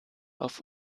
auf